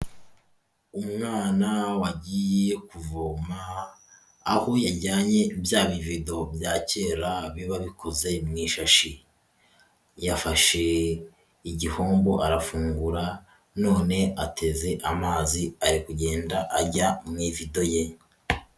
Umwana wagiye kuvoma, aho yajyanye bya bivido bya kera biba bikoze mu ishashi, yafashe igihombo arafungura, none ateze amazi ari kugenda ajya mu ivido ye.